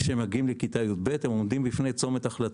ובכיתה י"ב הם עומדים בפני צומת החלטה.